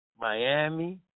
Miami